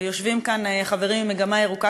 ויושבים כאן חברים מ"מגמה ירוקה",